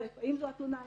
האם זו התלונה היחידה,